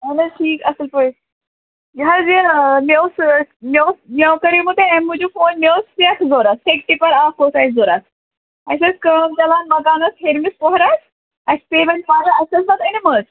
اَہَن حظ ٹھیٖک اَصٕل پٲٹھۍ یہِ حظ یہِ مےٚ اوس مےٚ اوس مےٚ کوٚرمو تۄہہِ اَمہِ موٗجوٗب فون مےٚ اوس سٮ۪کھ ضروٗرت سیٚکہِ ٹِپر اَکھ اوس اَسہِ ضروٗرت اَسہِ ٲسۍ کٲم چَلان مَکانس ہیٚرمِس پوہرس اَسہِ پیٚے وۅنۍ پرٕ اَسہِ ٲسۍ نتہٕ أنۍمٕژ